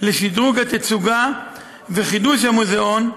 לשדרוג התצוגה ולחידוש המוזיאון,